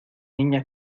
niña